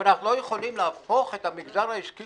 אבל אנחנו לא יכולים להפוך את המגזר העסקי